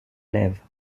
lèves